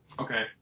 Okay